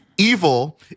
evil